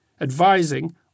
advising